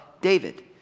David